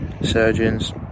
surgeons